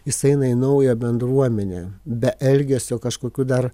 jis eina į naują bendruomenę be elgesio kažkokių dar